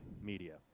Media